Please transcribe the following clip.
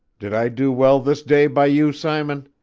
did i do well this day by you, simon?